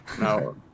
No